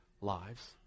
lives